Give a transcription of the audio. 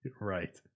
Right